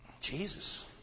Jesus